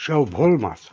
সেও ভোল মাছ